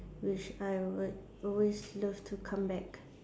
which I would always love to come back